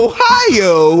Ohio